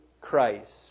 Christ